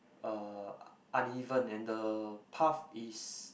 uh uneven and the path is